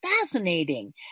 fascinating